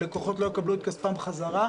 הלקוחות לא יקבלו את כספם חזרה,